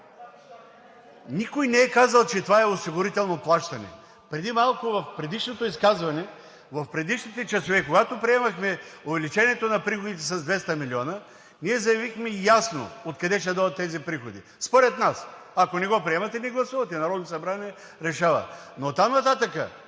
Никой не е казал, че това е осигурително плащане. Преди малко в предишното изказване, в предишните часове, когато приемахме увеличението на приходите с 200 милиона, ние заявихме ясно откъде ще дойдат тези приходи според нас. Ако не го приемате, не гласувате, Народното събрание решава. Но оттам нататък,